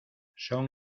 son